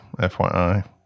FYI